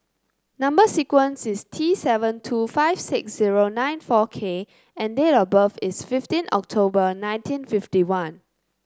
number sequence is T seven two five six zero nine four K and date of birth is fifteen October nineteen fifty one